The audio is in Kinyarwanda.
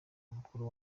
mukuru